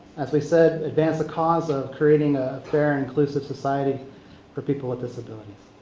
as we said, advance the cause of creating a fair, inclusive society for people with disabilities.